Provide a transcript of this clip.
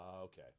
okay